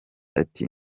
ati